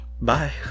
Bye